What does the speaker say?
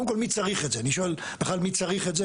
אני שואל בכלל מי צריך את זה?